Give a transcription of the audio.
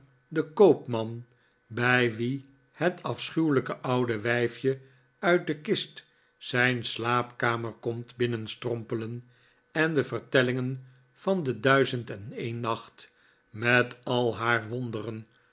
de koopman bij wien het afschuwelijke oude wijfje uit de kist zijn slaapkamer komt binnenstrompelen en de vertellingen van de duizend en een nacht met al haar wonderen